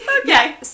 Okay